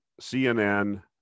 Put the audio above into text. CNN